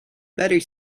better